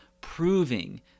proving